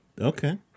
Okay